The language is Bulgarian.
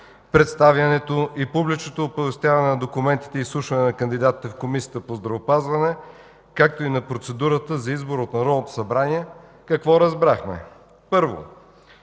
представянето и публичното оповестяване на документите и изслушване на кандидатите в Комисията по здравеопазване, както и на процедурата за избор от Народното събрание, какво разбрахме? Първо,